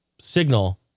signal